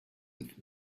with